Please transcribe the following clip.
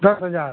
दस हज़ार